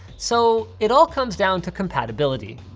so it all comes down to compatibility.